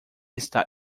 está